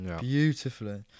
Beautifully